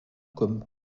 comme